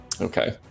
Okay